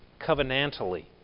covenantally